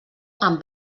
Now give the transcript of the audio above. amb